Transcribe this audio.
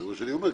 זה מה שאני אומר.